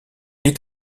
est